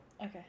Okay